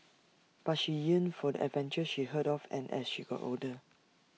but she yearned for the adventures she heard of and as she got older